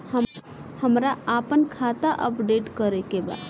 हमरा आपन खाता अपडेट करे के बा